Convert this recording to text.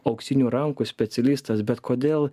auksinių rankų specialistas bet kodėl